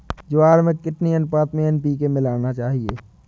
ज्वार में कितनी अनुपात में एन.पी.के मिलाना चाहिए?